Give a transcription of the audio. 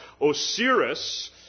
Osiris